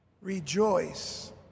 Rejoice